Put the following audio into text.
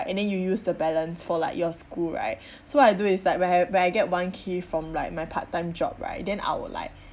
and then you use the balance for like your school right so I do is like when I have when I get one K from like my part time job right then I will like